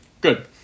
Good